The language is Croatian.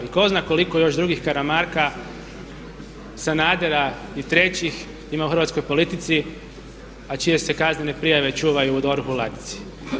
I tko zna koliko još drugih Karamarka, Sanadera i trećih ima u hrvatskoj politici, a čije se kaznene prijave čuvaju u DORH-u u ladici.